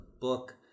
book